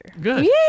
Good